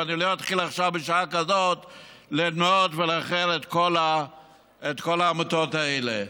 ואני לא אתחיל עכשיו בשעה כזאת למנות לכם את כל העמותות האלה.